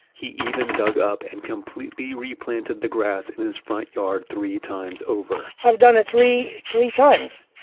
he even dug up and completely replanted the grass in his front yard three times over i've done it three three times.